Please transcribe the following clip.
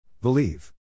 Believe